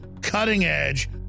cutting-edge